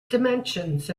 dimensions